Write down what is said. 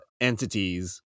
entities